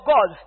God